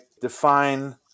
define